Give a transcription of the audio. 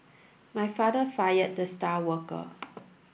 my father fired the star worker